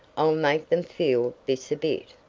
i'll make them feel this a bit.